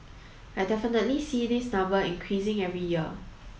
I definitely see this number increasing every year